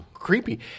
creepy